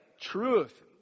truth